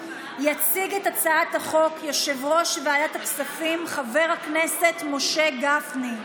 יציג את הצעת החוק יושב-ראש ועדת הכספים חבר הכנסת משה גפני.